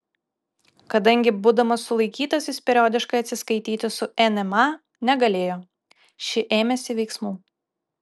kadangi būdamas sulaikytas jis periodiškai atsiskaityti su nma negalėjo ši ėmėsi veiksmų